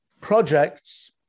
projects